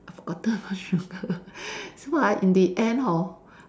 I forgotten to put sugar so ah in the end hor